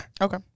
Okay